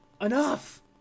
enough